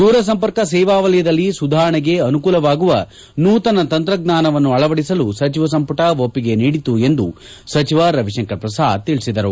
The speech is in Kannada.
ದೂರಸಂಪರ್ಕ ಸೇವಾ ವಲಯದಲ್ಲಿ ಸುಧಾರಣೆಗೆ ಅನುಕೂಲವಾಗುವ ನೂತನ ತಂತ್ರಜ್ಜಾನವನ್ನು ಅಳವಡಿಸಲು ಸಚಿವ ಸಂಪುಟ ಒಪ್ಪಿಗೆ ನೀಡಿತು ಎಂದು ಸಚಿವ ರವಿಶಂಕರ್ ಪ್ರಸಾದ್ ಹೇಳಿದರು